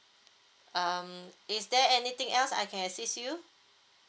um is there anything else I can assist you